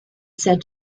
said